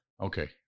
Okay